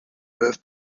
birth